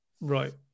Right